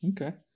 Okay